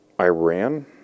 Iran